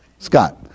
Scott